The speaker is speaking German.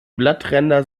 blattränder